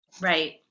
Right